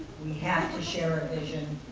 we have to share a vision.